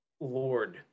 Lord